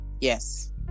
Yes